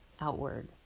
outward